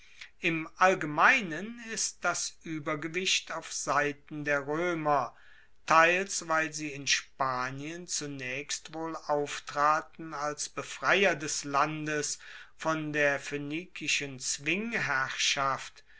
im allgemeinen ist das uebergewicht auf seiten der roemer teils weil sie in spanien zunaechst wohl auftraten als befreier des landes von der